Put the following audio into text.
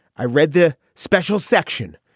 i read the special section.